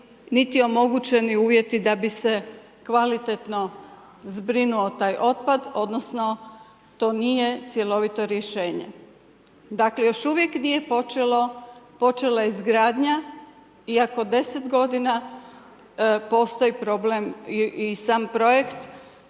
niti omogućeni uvjeti, da bi se kvalitetno zbrinuo taj otpad, odnosno, to nije cjelovito rješenje. Dakle, još uvijek nije počela izgradnja, iako 10 g. postoji problem i sam projekt